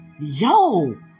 Yo